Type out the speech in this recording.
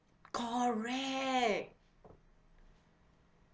correct